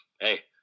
hey